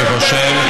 אני חושב,